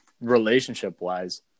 relationship-wise